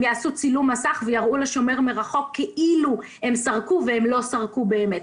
הם יעשו צילום מסך ויראו לשומר מרחוק כאילו הם סרקו בלי לסרוק באמת.